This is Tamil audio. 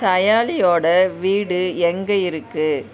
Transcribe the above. சயாலியோட வீடு எங்கே இருக்கு